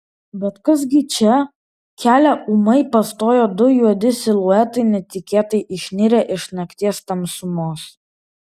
bet kas gi čia kelią ūmai pastojo du juodi siluetai netikėtai išnirę iš nakties tamsumos